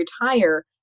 retire